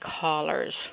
callers